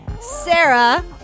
Sarah